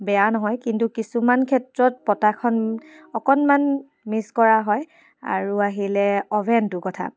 বেয়া নহয় কিন্তু কিছুমান ক্ষেত্ৰত পটাখন অকণমান মিছ কৰা হয় আৰু আহিলে অ'ভেনটোৰ কথা